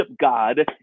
God